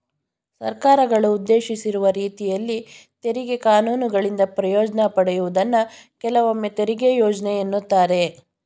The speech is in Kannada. ಸರ್ಕಾರಗಳು ಉದ್ದೇಶಿಸಿರುವ ರೀತಿಯಲ್ಲಿ ತೆರಿಗೆ ಕಾನೂನುಗಳಿಂದ ಪ್ರಯೋಜ್ನ ಪಡೆಯುವುದನ್ನ ಕೆಲವೊಮ್ಮೆತೆರಿಗೆ ಯೋಜ್ನೆ ಎನ್ನುತ್ತಾರೆ